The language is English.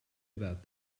about